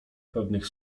pewnych